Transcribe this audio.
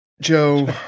Joe